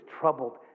troubled